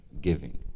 Giving